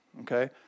Okay